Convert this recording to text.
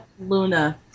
Luna